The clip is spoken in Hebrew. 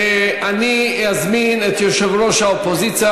אני מזמין את ראש האופוזיציה,